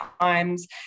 times